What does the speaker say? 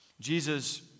Jesus